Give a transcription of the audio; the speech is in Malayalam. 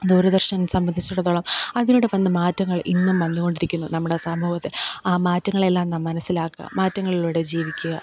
ദൂരദർശൻ സംബന്ധിച്ചിടത്തോളം അതിലൂടെ വന്ന മാറ്റങ്ങൾ ഇന്നും വന്നു കൊണ്ടിരിക്കുന്നു നമ്മുടെ സമൂഹത്തിൽ ആ മാറ്റങ്ങൾ എല്ലാം നാം മനസ്സിലാക്കുക മാറ്റങ്ങളിലൂടെ ജീവിക്കുക